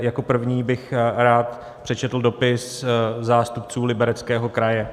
Jako první bych rád přečetl dopis zástupců Libereckého kraje.